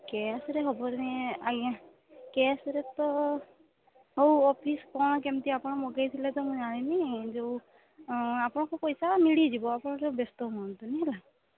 କ୍ୟାସ୍ରେ ହେବନି ଆଜ୍ଞା କ୍ୟାସ୍ରେ ତ ହଉ ଅଫିସ୍ କ'ଣ କେମତି ଆପଣ ମଗାଇଥିଲେ ତ ମୁଁ ଜାଣିନି ଯେଉଁ ଆପଣଙ୍କ ପଇସା ମିଳିଯିବ ଆପଣ ଜମା ବ୍ୟସ୍ତ ହୁଅନ୍ତୁନି ହେଲା